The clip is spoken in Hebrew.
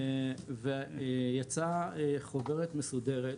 יצאה חוברת מסודרת,